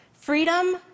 Freedom